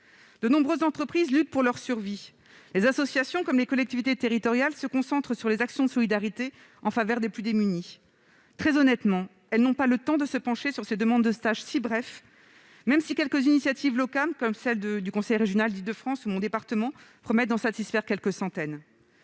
de nombreuses entreprises luttent pour leur survie et qu'associations comme collectivités territoriales se concentrent sur les actions de solidarité en faveur des plus démunis, elles n'ont pas le temps de se pencher sur des demandes de stages aussi brefs- même si quelques initiatives locales, comme celles du conseil régional d'Île-de-France et de mon département, promettent d'en satisfaire quelques centaines.